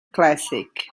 classic